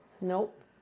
Nope